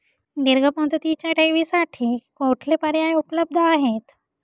दीर्घ मुदतीच्या ठेवींसाठी कुठले पर्याय उपलब्ध आहेत?